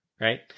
right